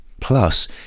Plus